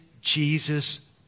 Jesus